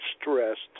stressed